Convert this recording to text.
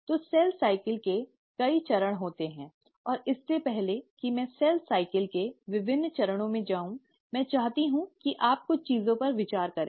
तो कोशिका चक्र में कई चरण होते हैं और इससे पहले कि मैं कोशिका चक्र के विभिन्न चरणों में जाऊं मैं चाहती हूं कि आप कुछ चीजों पर विचार करें